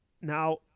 Now